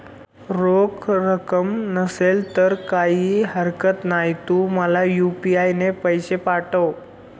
रोख रक्कम नसेल तर काहीही हरकत नाही, तू मला यू.पी.आय ने पैसे पाठव